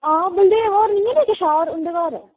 आं बलदेव होर निं हैन जेह्के शाह् होर उं'दे घर